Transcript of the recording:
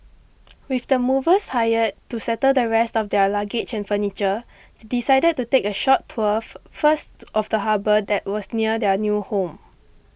with the movers hired to settle the rest of their luggage and furniture they decided to take a short tour first of the harbour that was near their new home